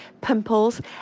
pimples